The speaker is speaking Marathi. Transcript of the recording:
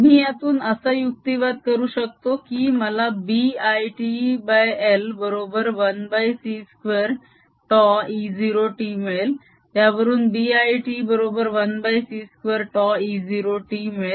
मी यातून असा युक्तिवाद करू शकतो की मला B l t l बरोबर 1c2 τ E0 t मिळेल त्यावरून B l t बरोबर 1c2 τE 0 t मिळेल